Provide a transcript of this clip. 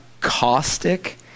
Caustic